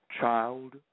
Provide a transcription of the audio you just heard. Child